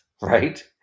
Right